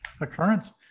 occurrence